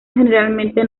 generalmente